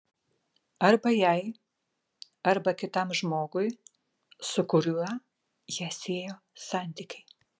arba jai arba kitam žmogui su kuriuo ją siejo santykiai